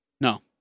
no